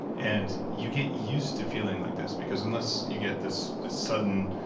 and you get used to feeling like this because unless you get this this sudden.